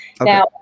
now